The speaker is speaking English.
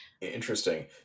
interesting